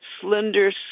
slender